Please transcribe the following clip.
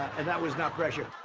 and that was not pressure.